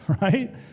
right